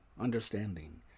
understanding